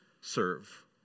serve